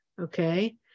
okay